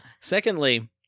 secondly